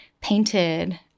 painted